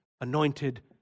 anointed